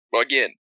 again